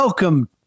Welcome